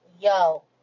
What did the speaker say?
Yo